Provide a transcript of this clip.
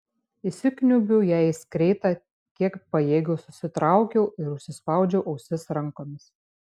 įsikniaubiau jai į skreitą kiek pajėgiau susitraukiau ir užsispaudžiau ausis rankomis